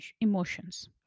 emotions